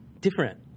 different